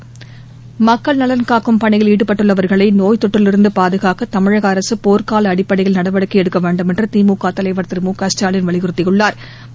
ஸ்டாலின் அறிக்கை மக்கள் நலன் காக்கும் பணியில் ஈடுபட்டுள்ளவாகளை நோய் தொற்றிலிருந்து பாதுகாக்க தமிழக அரசு போர்க்கால அடிப்படையில் நடவடிக்கை எடுக்க வேண்டுமென்று திமுக தலைவா் திரு மு க ஸ்டாலின் வலியுறுத்தியுள்ளாா்